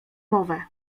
mowę